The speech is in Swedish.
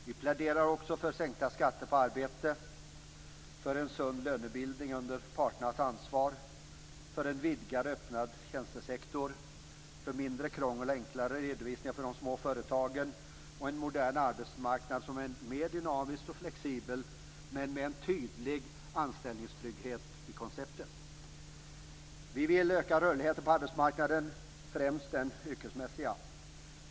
Vi pläderar också för sänkta skatter på arbete, en sund lönebildning under parternas ansvar, en vidgad och öppnad tjänstesektor, mindre krångel och enklare redovisning för de små företagen och en modern arbetsmarknad som är mer dynamisk och flexibel men med en tydlig anställningstrygghet i konceptet. Vi vill öka rörligheten på arbetsmarknaden, främst den yrkesmässiga.